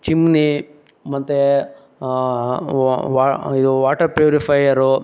ಚಿಮಣಿ ಮತ್ತೆ ವಾ ವಾ ಇದು ವಾಟರ್ ಪ್ಯೂರಿಫೈಯರು